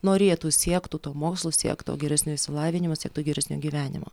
norėtų siektų to mokslo siektų geresnio išsilavinimo siektų geresnio gyvenimo